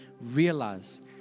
realize